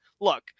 look